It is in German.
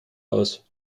aus